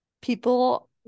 People